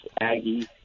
Aggie